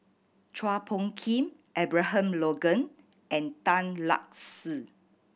Chua Phung Kim Abraham Logan and Tan Lark Sye